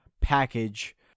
package